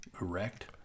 erect